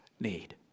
need